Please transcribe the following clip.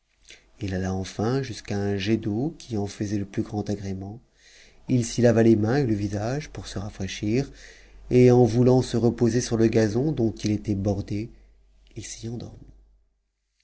il alla enfin jusqu'à un jet d'eau qui en faisait le plus grand agrément il s'y lava les mains et le visage pour se rafratchir et en voulant se reposer sur le gazon tont il était bordé it s'y endormit